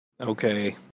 okay